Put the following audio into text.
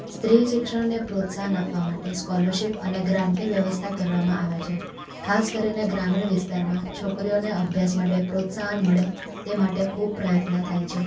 સ્ત્રી શિક્ષણને પ્રોત્સાહન આપવા માટે સ્કોલરશીપ અને ગ્રાન્ટની વ્યવસ્થા કરવામાં આવે છે ખાસ કરીને ગ્રામીણ વિસ્તારમાં છોકરીઓને અભ્યાસ માટે પ્રોત્સાહન મળે તે માટે ખૂબ પ્રયત્ન થાય છે